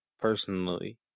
personally